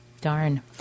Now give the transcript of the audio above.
darn